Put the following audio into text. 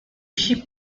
ship